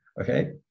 okay